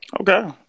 Okay